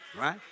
right